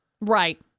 right